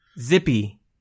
Zippy